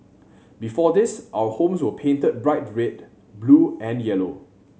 before this our homes were painted bright red blue and yellow